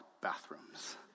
bathrooms